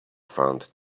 found